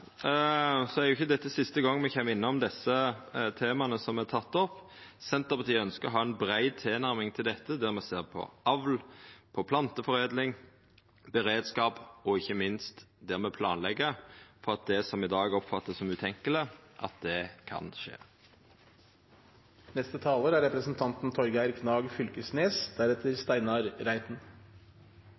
ikkje siste gongen me kjem innom desse temaa som er tekne opp. Senterpartiet ynskjer å ha ei brei tilnærming til dette, der me ser på avl, planteforedling og beredskap, og der me ikkje minst planlegg for at det som i dag vert oppfatta som